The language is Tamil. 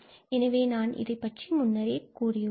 எனவே நான் இதைப்பற்றி கூறியுள்ளேன்